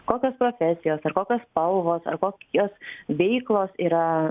kokios profesijos ar kokios spalvos ar kokios veiklos yra